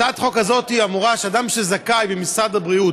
הצעת החוק הזאת אומרת שאדם שזכאי במשרד הבריאות,